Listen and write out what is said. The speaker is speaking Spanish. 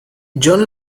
john